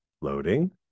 loading